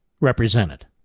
represented